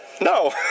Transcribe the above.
no